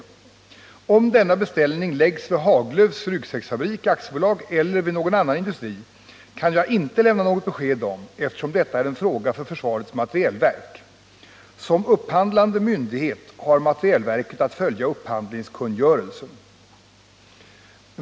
Huruvida denna beställning läggs vid Haglöfs Ryggsäcksfabrik AB eller vid någon annan industri kan jag inte lämna något besked om, eftersom detta är en fråga för försvarets materielverk. Som upphandlande myndighet har materielverket att följa upphandlingskungörelsen.